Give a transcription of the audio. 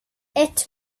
ett